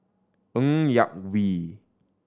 Ng Yak Whee